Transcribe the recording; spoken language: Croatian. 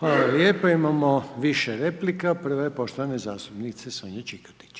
Hvala lijepo. Imamo više replika, prva je poštovane zastupnice Sonje Čikotić.